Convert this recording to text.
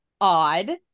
odd